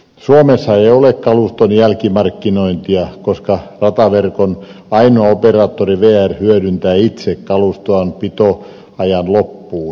suomessa ei ole kaluston jälkimarkkinointia koska rataverkon ainoa operaattori vr hyödyntää itse kalustoaan pitoajan loppuun